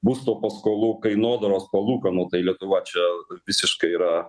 būsto paskolų kainodaros palūkanų tai lietuva čia visiškai yra